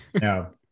no